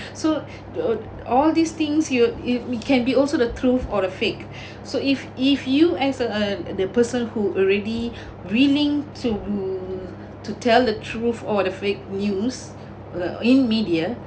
so uh all these things you we can be also the truth or a fake so if if you as a the person who already breathing to to tell the truth or the fake news uh in media